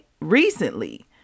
recently